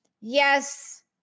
Yes